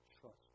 trust